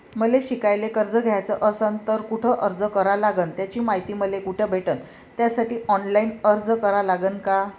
मले शिकायले कर्ज घ्याच असन तर कुठ अर्ज करा लागन त्याची मायती मले कुठी भेटन त्यासाठी ऑनलाईन अर्ज करा लागन का?